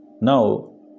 Now